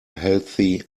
healthy